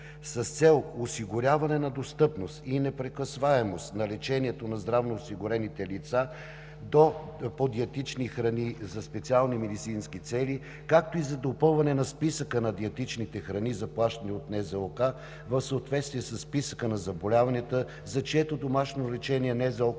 С цел осигуряване на достъпност и непрекъсваемост на лечението на здравноосигурените лица до диетични храни за специални медицински цели, както и за допълване на Списъка на диетичните храни, заплащани от Националната здравноосигурителна каса в съответствие със Списъка на заболяванията, за чието домашно лечение НЗОК